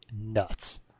nuts